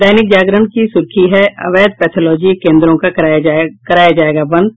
दैनिक जागरण की सुर्खी है अवैध पैथोलॉजी केंद्रों को कराया जायेगा बंद